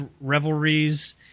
Revelries